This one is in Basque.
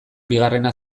bigarrena